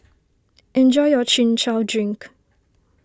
enjoy your Chin Chow Drink